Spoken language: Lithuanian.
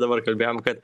dabar kalbėjom kad